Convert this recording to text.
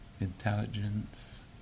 intelligence